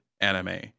anime